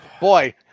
Boy